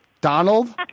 Donald